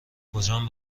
کجان